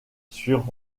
sur